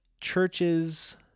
churches